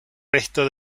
resto